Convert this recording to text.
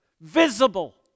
visible